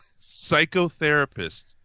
Psychotherapist